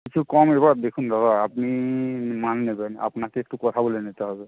কিছু কম এবার দেখুন দাদা আপনি মাল নেবেন আপনাকে একটু কথা বলে নিতে হবে